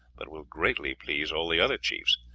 but will greatly please all the other chiefs,